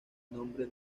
nombre